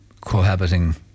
cohabiting